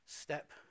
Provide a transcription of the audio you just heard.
Step